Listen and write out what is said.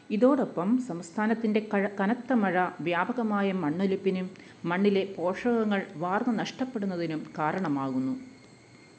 ഇതോടൊപ്പം സംസ്ഥാനത്തിൻ്റെ കനത്ത മഴ വ്യാപകമായ മണ്ണൊലിപ്പിനും മണ്ണിലെ പോഷകങ്ങൾ വാർന്ന് നഷ്ടപ്പെടുന്നതിനും കാരണമാകുന്നു